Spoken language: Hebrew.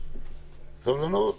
סוברנית